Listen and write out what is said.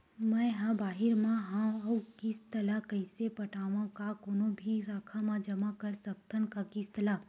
मैं हा बाहिर मा हाव आऊ किस्त ला कइसे पटावव, का कोनो भी शाखा मा जमा कर सकथव का किस्त ला?